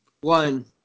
One